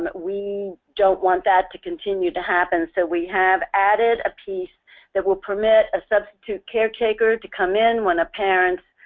we don't want that to continue to happen, so we have added a piece that would permit a substitute caretaker to come in when a parent